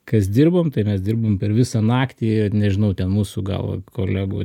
kas dirbom tai mes dirbom per visą naktį nežinau ten mūsų gal kolegų